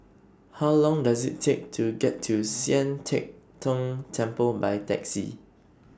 How Long Does IT Take to get to Sian Teck Tng Temple By Taxi